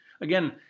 Again